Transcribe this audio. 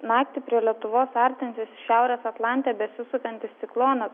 naktį prie lietuvos artinsis šiaurės atlante besisukantis ciklonas